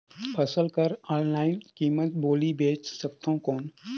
फसल कर ऑनलाइन कीमत बोली बेच सकथव कौन?